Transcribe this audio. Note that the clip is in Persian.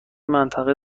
منطقه